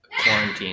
quarantine